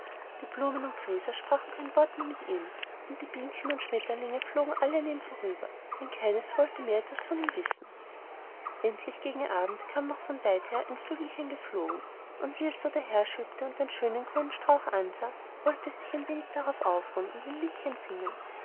die blumen und gräser sprachen kein wort mehr mit ihm und die bienchen und schmetterlinge flogen alle an ihm vorüber denn keines wollte noch etwas von ihm wissen endlich gegen abend kam noch von weither ein vögelchen geflogen und wie es so daherschwebte und den schönen grünen strauch ansah wollte es sich ein wenig darauf ausruhen und ein liedchen singen